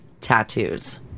tattoos